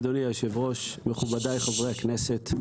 אדוני היושב-ראש, מכובדיי חברי הכנסת,